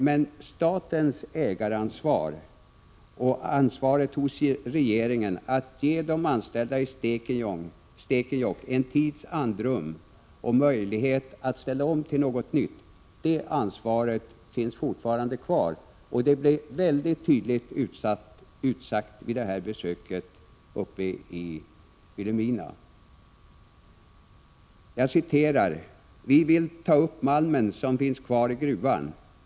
Men statens ägaransvar och ansvaret hos regeringen att ge de anställda i Stekenjokk en tids andrum och möjlighet att ställa om till något nytt finns fortfarande kvar. Detta blev mycket tydligt utsagt vid industriministerns besök i Vilhelmina. ”Vi vill ta upp malmen som finns kvar i gruvan.